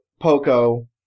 Poco